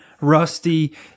rusty